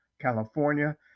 California